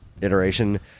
iteration